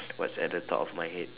what's at the top of my head